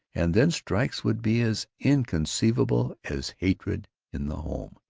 and then strikes would be as inconceivable as hatred in the home!